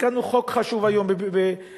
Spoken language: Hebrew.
תיקנו חוק חשוב היום במסגרת